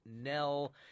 Nell